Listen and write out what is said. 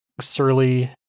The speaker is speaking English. surly